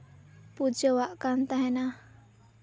ᱯᱩᱡᱟᱹᱣᱟᱜ ᱠᱟᱱ ᱛᱟᱦᱮᱸᱱᱟ